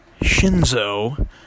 Shinzo